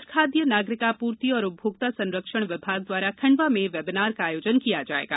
आज खाद्य नागरिक आपूर्ति एवं उपभोक्ता संरक्षण विभाग द्वारा खण्डवा में वेबीनार का आयोजन किया जायेगा